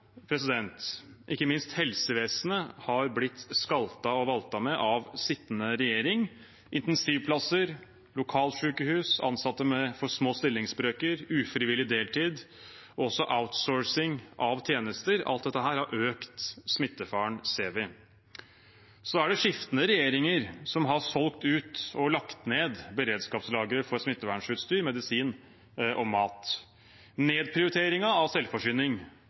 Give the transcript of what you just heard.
ikke minst helsevesenet, har blitt skaltet og valtet med av sittende regjering – intensivplasser, lokalsykehus, ansatte med for små stillingsbrøker, ufrivillig deltid, og også outsourcing av tjenester. Alt dette ser vi har økt smittefaren. Så er det skiftende regjeringer som har solgt ut og lagt ned beredskapslager for smittevernutstyr, medisin og mat. Nedprioriteringen av selvforsyning